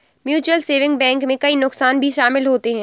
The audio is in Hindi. म्यूचुअल सेविंग बैंक में कई नुकसान भी शमिल होते है